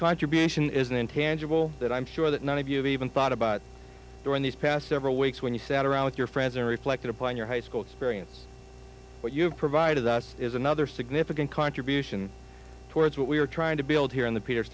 contribution is an intangible that i'm sure that none of you have even thought about during these past several weeks when you sat around with your friends or reflected upon your high school experience what you have provided us is another significant contribution towards what we are trying to build here in the peters